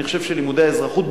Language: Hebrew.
אני חושב שלימודי האזרחות,